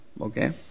okay